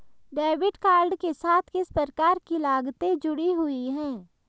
Debit card के साथ किस प्रकार की लागतें जुड़ी हुई हैं?